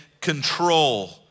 control